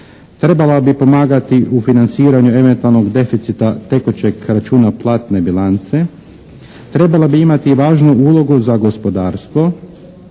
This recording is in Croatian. Trebala bi pomagati u financiranju eventualnog deficita tekućeg računa platne bilance. Trebala bi imati i važnu ulogu za gospodarstvo